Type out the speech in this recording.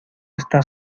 está